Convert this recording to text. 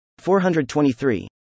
423